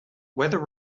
whether